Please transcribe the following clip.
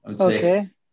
Okay